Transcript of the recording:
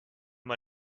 mal